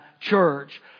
church